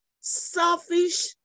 selfish